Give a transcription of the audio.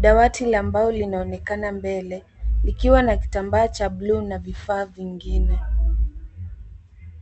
Dawati la mbao linaonekana mbele likiwa na kitambaa cha bluu na vifaa vingine.